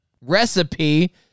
recipe